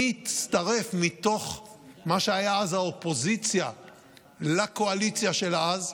מי הצטרף מתוך מה שהיה אז האופוזיציה לקואליציה של אז?